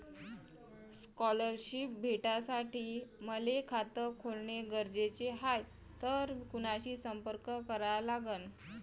Scholarship भेटासाठी मले खात खोलने गरजेचे हाय तर कुणाशी संपर्क करा लागन?